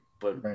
but-